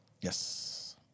Yes